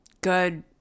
good